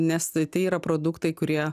nes e tai yra produktai kurie